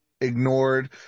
ignored